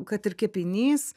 kad ir kepinys